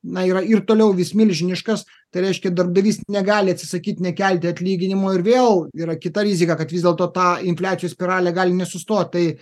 na yra ir toliau vis milžiniškas tai reiškia darbdavys negali atsisakyt nekelti atlyginimų ir vėl yra kita rizika kad vis dėlto ta infliacijos spiralė gali nesustot tai